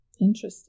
interesting